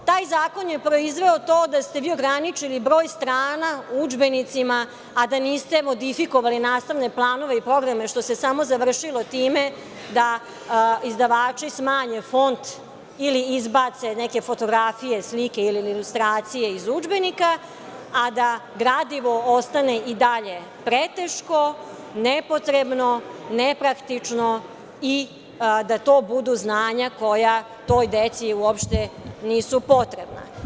Taj Zakon proizveo to da ste vi ograničili broj strana udžbenicima, a da niste modifikovali nastavne planove i programe, što se samo završilo time da izdavači smanje font ili izbace neke fotografije ili slike ili ilustracije iz udžbenika, a da gradivo ostane i dalje preteško, nepotrebno, nepraktično i da to budu znanja koja toj deci uopšte nisu potrebna.